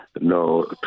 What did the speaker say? No